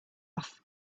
off